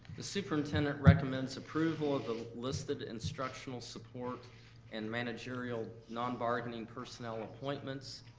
the superintendent recommends approval of the listed instructional support and managerial non-bargaining personnel appointments,